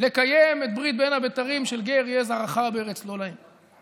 לקיים את ברית בין הבתרים של "גר יהיה זרעך בארץ לא להם".